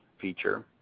feature